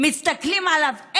מסתכלים עליו?